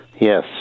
Yes